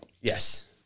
Yes